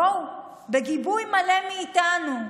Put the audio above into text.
בואו, בגיבוי מלא מאיתנו.